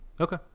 Okay